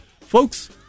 folks